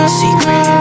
secret